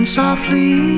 softly